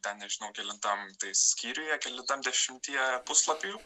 tą nežinau kelintam skyriuje kelintam dešimtyje puslapių